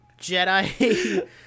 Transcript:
Jedi